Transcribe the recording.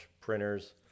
printers